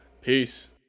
Peace